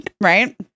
Right